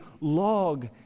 log